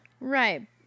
Right